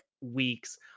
weeks